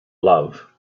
love